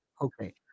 Okay